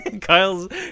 Kyle's